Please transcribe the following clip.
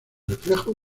reflejo